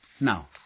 Now